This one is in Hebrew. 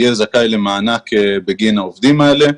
יהיה זכאי למענק בגין העובדים האלה.